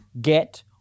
get